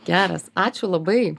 geras ačiū labai